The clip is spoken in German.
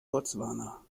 botswana